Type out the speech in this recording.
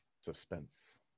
suspense